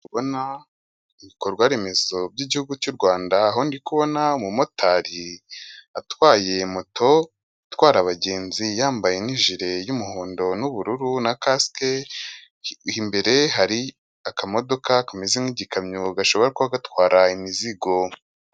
Ndikubona ibikorwa remezo by'igihugu cy'u Rwanda aho ndi kubona umumotari atwaye moto itwara abagenzi yambaye n'ijire y'umuhondo n'ubururu na kasike, imbere hari akamodoka kameze nk'igikamyo gashobora kuba gatwara imizigo.